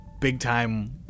big-time